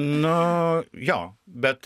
nu jo bet